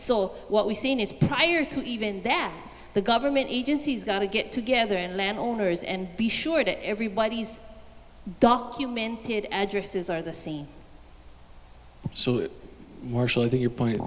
so what we've seen is prior to even that the government agencies got to get together and land owners and be sure that everybody's documented addresses are the same so your point